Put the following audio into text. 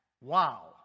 Wow